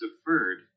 deferred